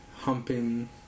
humping